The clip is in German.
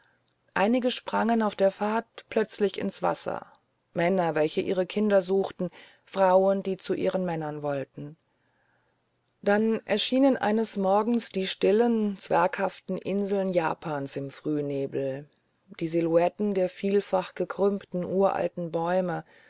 einige sprangen auf der fahrt plötzlich ins wasser männer welche ihre kinder suchten frauen die zu ihren männern wollten dann erschienen eines morgens die stillen zwerghaften inseln japans im frühnebel die silhouetten der vielfach gekrümmten uralten bäume